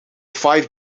five